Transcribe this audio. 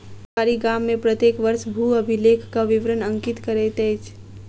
पटवारी गाम में प्रत्येक वर्ष भू अभिलेखक विवरण अंकित करैत अछि